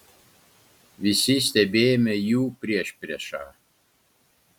visi stebėjome jų priešpriešą